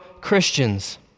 Christians